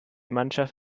mannschaft